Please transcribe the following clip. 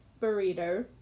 burrito